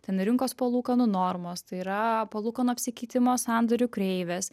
ten rinkos palūkanų normos tai yra palūkanų apsikeitimo sandorių kreivės